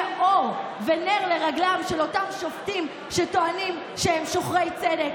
יהיו נר לרגליהם של אותם שופטים שטוענים שהם שוחרי צדק.